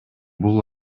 бул